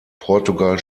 portugal